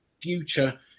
future